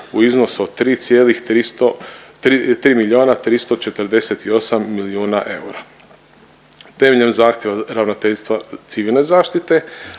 3 miliona 348 milijuna eura. Temeljem zahtjeva Ravnateljstva civilne zaštite,